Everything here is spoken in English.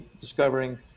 discovering